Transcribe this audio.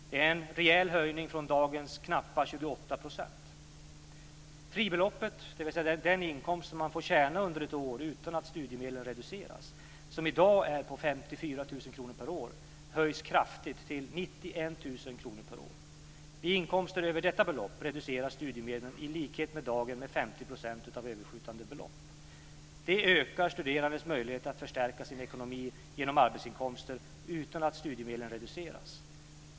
Det är en rejäl höjning från dagens knappa 28 %. Vid inkomster över detta belopp reduceras studiemedlen i likhet med i dag med 50 % av överskjutande belopp. Detta ökar de studerandes möjligheter att förstärka sin ekonomi genom arbetsinkomster utan att studiemedlen reduceras.